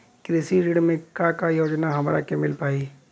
कृषि ऋण मे का का योजना हमरा के मिल पाई?